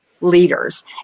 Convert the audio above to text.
leaders